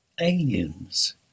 aliens